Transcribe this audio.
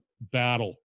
battle